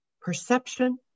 perception